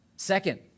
Second